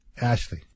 Ashley